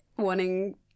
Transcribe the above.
wanting